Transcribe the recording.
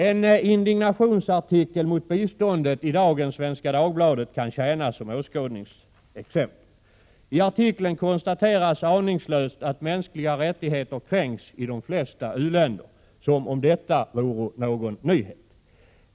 En indignationsartikel mot biståndet i dagens Svenska Dagbladet kan tjäna som åskådningsexempel. I artikeln konstateras aningslöst att mänskliga rättigheter kränks i de flesta u-länder, som om det vore någon nyhet.